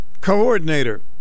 coordinator